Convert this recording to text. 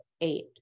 eight